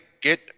get